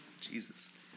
Jesus